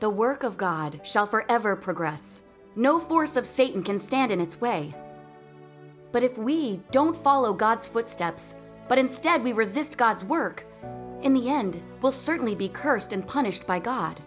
the work of god shall forever progress no force of satan can stand in its way but if we don't follow god's footsteps but instead we resist god's work in the end we'll certainly be cursed and punished by god